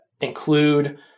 include